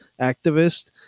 activist